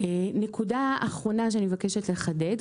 נקודה אחרונה שאני מבקשת לחדד,